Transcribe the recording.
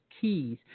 keys